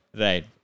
Right